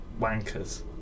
Wankers